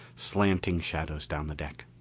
slanting shadows down the deck.